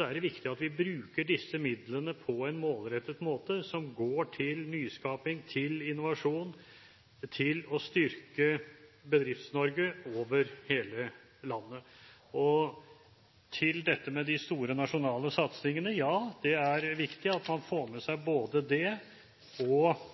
er det viktig at vi bruker disse midlene på en målrettet måte, at de går til nyskaping, til innovasjon, til å styrke Bedrifts-Norge over hele landet. Til dette med de store nasjonale satsingene: Ja, det er viktig at man får med seg både det og